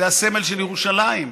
זה הסמל של ירושלים.